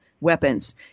weapons